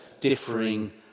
differing